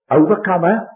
overcomer